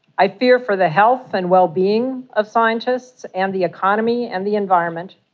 i fear for the health and well-being of scientists and the economy and the environment,